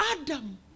Adam